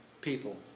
people